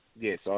Yes